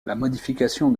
modification